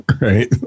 Right